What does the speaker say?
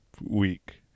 week